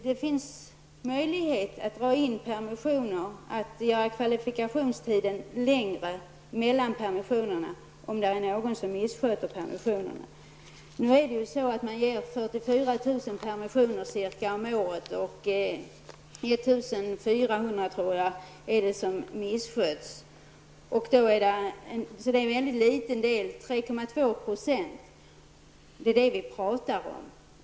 Det finns möjlighet att dra in permissioner, att göra kvalifikationstiden längre mellan permissionerna, vid missbruk av permissioner. Ca 44 000 permissioner beviljas varje år. I 1 400 fall, tror jag, missköts permissionerna. Det rör sig således om en mycket liten andel av alla permissioner -- 3,2 %. Det är vad vi här talar om.